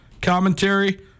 commentary